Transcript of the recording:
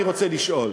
אני רוצה לשאול.